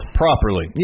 properly